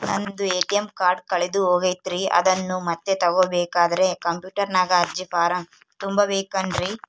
ನಂದು ATM card ಕಳೆದು ಹೋಗೈತ್ರಿ ಅದನ್ನು ಮತ್ತೆ ತಗೋಬೇಕಾದರೆ ಕಂಪ್ಯೂಟರ್ ನಾಗ ಅರ್ಜಿ ಫಾರಂ ತುಂಬಬೇಕನ್ರಿ?